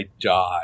die